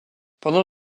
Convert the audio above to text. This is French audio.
pendant